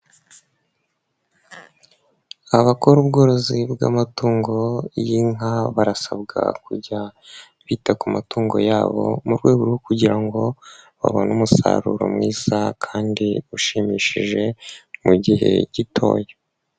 Abakora ubworozi bw'amatungo y'inka barasabwa kujya bita ku matungo yabo mu rwego rwo kugira ngo babone umusaruro mwiza kandi ushimishije mu gihe gitoya.